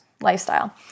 lifestyle